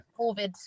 COVID